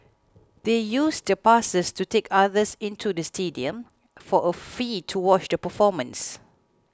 they used the passes to take others into the stadium for a fee to watch the performance